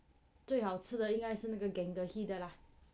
最好吃的应该是那个 gangehi 的啦